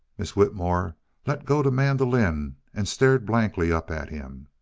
miss whitmore let go the mandolin and stared blankly up at him,